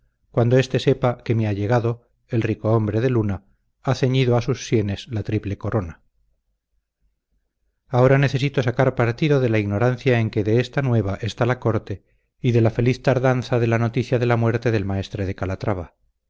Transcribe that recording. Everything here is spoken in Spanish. cuando éste sepa que mi allegado el ricohombre de luna ha ceñido a sus sienes la triple corona ahora necesito sacar partido de la ignorancia en que de esta nueva está la corte y de la feliz tardanza de la noticia de la muerte del maestre de calatrava